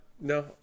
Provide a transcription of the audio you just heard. No